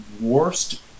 worst